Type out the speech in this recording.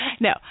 No